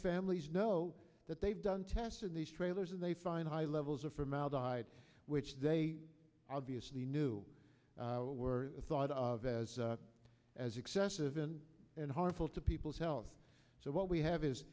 families know that they've done tests in these trailers and they find high levels of formaldehyde which they obviously knew were thought of as as excessive in and harmful to people's health so what we have is